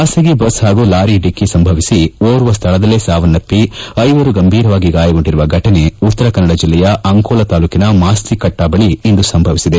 ಬಾಸಗಿ ಬಸ್ ಹಾಗೂ ಲಾರಿ ಡಿಕ್ಕಿ ಸಂಭವಿಸಿ ಓರ್ವ ಸ್ಥಳದಲ್ಲೇ ಸಾವನ್ನಪ್ಪಿ ಐವರು ಗಂಭೀರವಾಗಿ ಗಾಯಗೊಂಡಿರುವ ಫಟನೆ ಉತ್ತರ ಕನ್ನಡ ಜಿಲ್ಲೆಯ ಅಂಕೋಲಾ ತಾಲೂಕಿನ ಮಾಸ್ತಿಕಟ್ಟಾ ಬಳಿ ಇಂದು ಸಂಭವಿಸಿದೆ